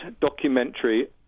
documentary